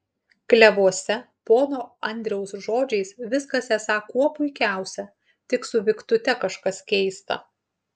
klevuose pono andriaus žodžiais viskas esą kuo puikiausia tik su viktute kažkas keista